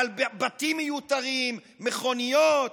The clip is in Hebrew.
על בתים מיותרים, מכוניות,